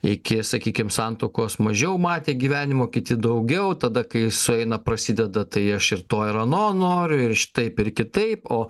iki sakykim santuokos mažiau matę gyvenimo kiti daugiau tada kai sueina prasideda tai aš ir to ir ano noriu ir šitaip ir kitaip o